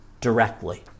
directly